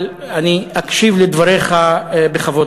אבל אני אקשיב לדבריך בכבוד